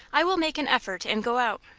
i will make an effort and go out.